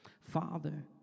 Father